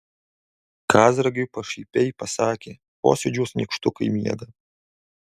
kazragiui pašaipiai pasakė posėdžiuos nykštukai miega